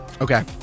Okay